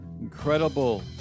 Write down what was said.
incredible